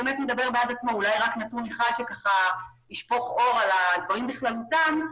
נתון אחד שישפוך אור על הדברים בכללותם,